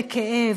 בכאב,